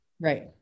right